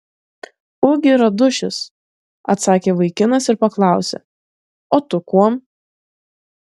ugi radušis atsakė vaikinas ir paklausė o tu kuom